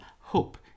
hope